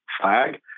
flag